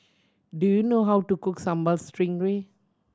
do you know how to cook Sambal Stingray